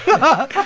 but